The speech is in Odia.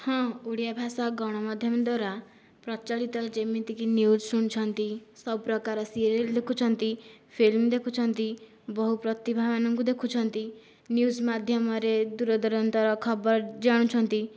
ହଁ ଓଡ଼ିଆ ଭାଷା ଗଣମାଧ୍ୟମ ଦ୍ଵାରା ପ୍ରଚଳିତ ଯେମିତିକି ନ୍ୟୁଜ ଶୁଣୁଛନ୍ତି ସବୁପ୍ରକାର ସିରିଏଲ୍ ଦେଖୁଛନ୍ତି ଫିଲ୍ମ ଦେଖୁଛନ୍ତି ବହୁ ପ୍ରତିଭାମାନଙ୍କୁ ଦେଖୁଛନ୍ତି ନ୍ୟୁଜ ମାଧ୍ୟମରେ ଦୁରଦୁରାନ୍ତର ଖବର ଜାଣୁଛନ୍ତି